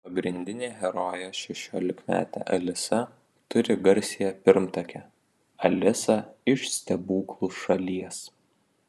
pagrindinė herojė šešiolikmetė alisa turi garsiąją pirmtakę alisą iš stebuklų šalies